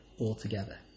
altogether